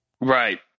Right